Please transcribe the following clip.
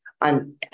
on